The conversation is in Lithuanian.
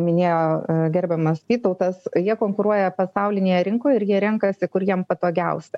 minėjo gerbiamas vytautas jie konkuruoja pasaulinėje rinkoj ir jie renkasi kur jiem patogiausia